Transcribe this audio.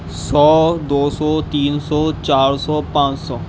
سو دو سو تین سو چار سو پانچ سو